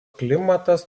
klimatas